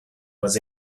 was